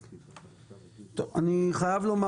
אני חייב לומר